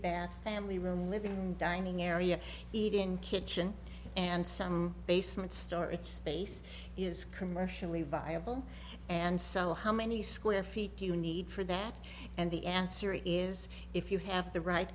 bath family room living room dining area even kitchen and some basement storage space is commercially viable and so how many square feet do you need for that and the answer is if you have the right